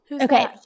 Okay